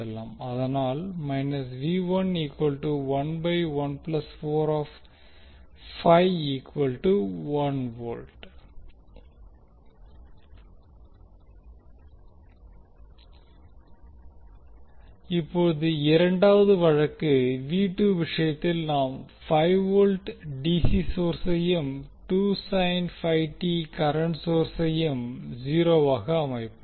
அதனால் இப்போது இரண்டாவது வழக்கு விஷயத்தில் நாம் 5 வோல்ட் டிசி சோர்ஸையும் கரண்ட் சோர்ஸையும் 0 வாக அமைப்போம்